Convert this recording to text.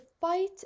fight